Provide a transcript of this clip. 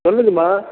சொல்லுங்கம்மா